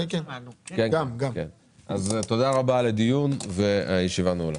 תודה רבה, הישיבה נעולה.